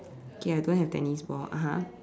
okay I don't have tennis ball (uh huh)